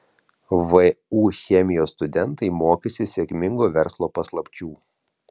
vu chemijos studentai mokysis sėkmingo verslo paslapčių